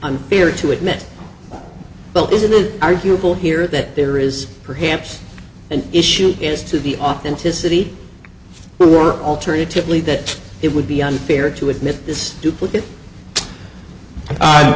unfair to admit but as it is arguable here that there is perhaps an issue is to the authenticity of the or alternatively that it would be unfair to admit this duplicate